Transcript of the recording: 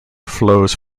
flows